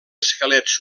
esquelets